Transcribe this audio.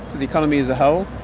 to the economy as a whole,